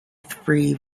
free